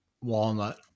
walnut